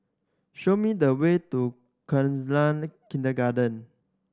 show me the way to Khalsa Kindergarten